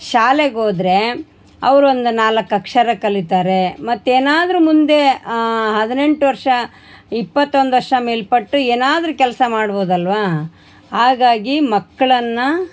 ಶಾಲೆಗೋದರೆ ಅವ್ರು ಒಂದು ನಾಲ್ಕು ಅಕ್ಷರ ಕಲಿತಾರೆ ಮತ್ತು ಏನಾದರು ಮುಂದೆ ಹದ್ನೆಂಟು ವರ್ಷ ಇಪ್ಪತ್ತೊಂದು ವರ್ಷ ಮೇಲ್ಪಟ್ಟು ಏನಾದರು ಕೆಲಸ ಮಾಡ್ಬೋದಲ್ವ ಹಾಗಾಗಿ ಮಕ್ಳನ್ನು